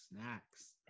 snacks